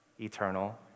eternal